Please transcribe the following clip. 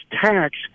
tax